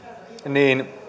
niin